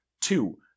Two